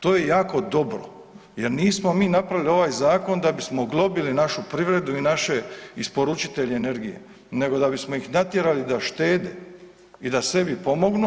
To je jako dobro jer nismo mi napravili ovaj zakon da bismo globili našu privredu i naše isporučitelje energije nego da bismo ih natjerali da štede i da sebi pomognu.